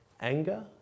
anger